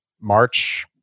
March